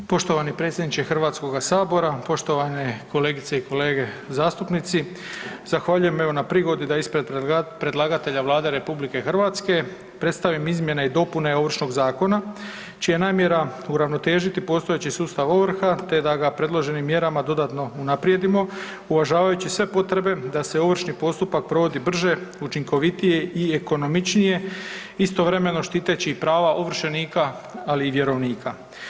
Poštovani predsjedniče Hrvatskoga sabora, poštovane kolegice i kolege zastupnici, zahvaljujem evo na prigodi da ispred predlagatelja Vlade RH predstavim izmjene i dopune Ovršnog zakona čija je namjera uravnotežiti postojeći sustav ovrha te ga predloženim mjerama dodatno unaprijedimo, uvažavajući sve potrebe da se ovršni postupak provodi brže, učinkovitije i ekonomičnije istovremeno štiteći prava ovršenika ali i vjerovnika.